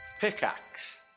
Pickaxe